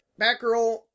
Batgirl